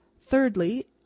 Thirdly